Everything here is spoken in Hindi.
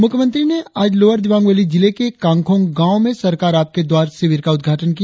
मुख्यमंत्री ने आज लोवर दिवांग वैली जिले के कांगखोंग गांव में सरकार आपके द्वारा शिविर का उद्घाटन किया